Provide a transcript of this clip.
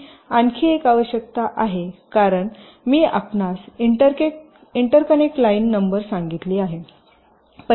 मी आणखी एक आवश्यकता आहे कारण मी आपणास इंटरकनेक्ट लाईन नंबर सांगितली आहे